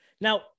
Now